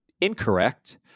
incorrect